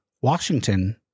Washington